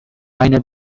minor